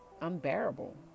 unbearable